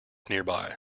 nearby